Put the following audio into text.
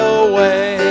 away